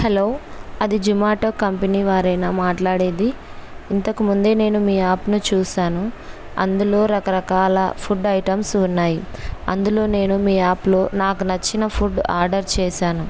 hello అది Zomato company వారేనా మాట్లాడేది ఇంతకుముందే నేను మీ యాప్ను చూసాను అందులో రకరకాల ఫుడ్ ఐటమ్స్ ఉన్నాయి అందులో నేను మీ యాప్లో నాకు నచ్చిన ఫుడ్ ఆర్డర్ చేసాను